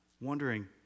wondering